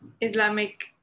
Islamic